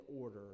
order